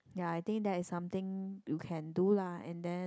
ya I think that is something you can do lah and then